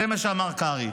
זה מה שאמר קרעי.